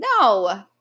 No